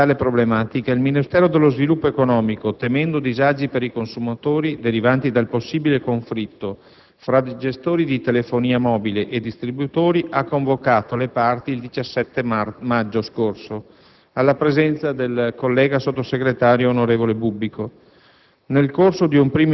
In merito a tale problematica, il Ministero dello sviluppo economico, temendo disagi per i consumatori derivanti dal possibile conflitto fra gestori di telefonia mobile e distributori, ha convocato le parti il 17 maggio scorso (alla presenza del collega sottosegretario onorevole Bubbico).